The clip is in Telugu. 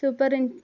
సుపర్